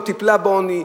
לא טיפלה בעוני,